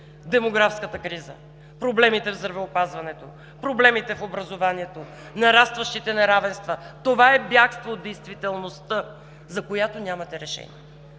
демографската криза, проблемите в здравеопазването, проблемите в образованието, нарастващите неравенства. Това е бягство от действителността, за която нямате решение.